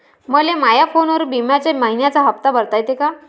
मले माया फोनवरून बिम्याचा मइन्याचा हप्ता भरता येते का?